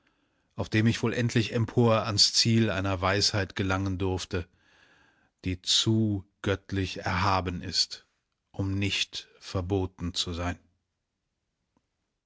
auf dem ich wohl endlich empor ans ziel einer weisheit gelangen durfte die zu göttlich erhaben ist um nicht verboten zu sein